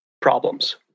problems